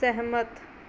ਸਹਿਮਤ